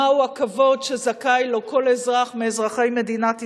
מהו הכבוד שזכאי לו כל אזרח מאזרחי מדינת ישראל.